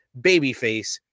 babyface